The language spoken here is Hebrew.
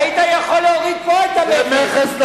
היית יכול להוריד פה את המכס.